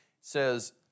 says